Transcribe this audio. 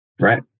right